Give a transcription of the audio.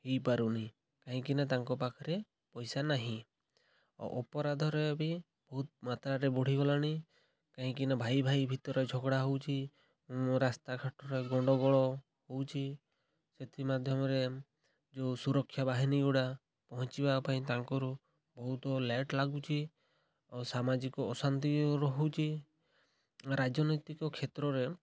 ହେଇପାରୁନାହିଁ କାହିଁକିନା ତାଙ୍କ ପାଖରେ ପଇସା ନାହିଁ ଆଉ ଅପରାଧରେ ବି ବହୁତ ମାତ୍ରାରେ ବଢ଼ିଗଲାଣି କାହିଁକିନା ଭାଇ ଭାଇ ଭିତରେ ଝଗଡ଼ା ହେଉଛି ରାସ୍ତାଘାଟରେ ଗଣ୍ଡଗୋଳ ହେଉଛି ସେଥିମାଧ୍ୟ୍ୟମରେ ଯୋଉ ସୁରକ୍ଷା ବାହିନୀ ଗୁଡ଼ା ପହଞ୍ଚିବା ପାଇଁ ତାଙ୍କର ବହୁତ ଲେଟ୍ ଲାଗୁଛି ଆଉ ସାମାଜିକ ଅଶାନ୍ତି ରହୁଛି ରାଜନୈତିକ କ୍ଷେତ୍ରରେ